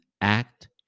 act